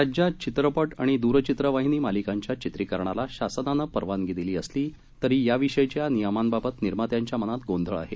राज्यात चित्रपट आणि द्रचित्रवाहिनी मालिकांच्या चित्रीकरणाला शासनानं परवानगी दिली असली तरी याविषयीच्या नियमांबाबत निर्मात्यांच्या मनात गोंधळ आहे